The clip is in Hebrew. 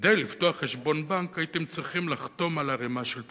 כדי לפתוח חשבון בנק הייתם צריכים לחתום על ערימה של טפסים.